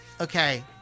Okay